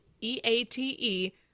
E-A-T-E